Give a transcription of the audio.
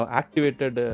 activated